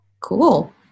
Cool